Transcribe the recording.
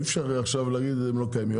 אי אפשר עכשיו להגיד הם לא קיימים.